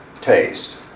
taste